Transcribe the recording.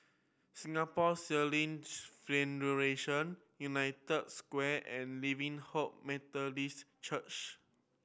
Singapore Sailing Federation United Square and Living Hope Methodist Church